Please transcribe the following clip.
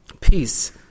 Peace